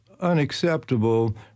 unacceptable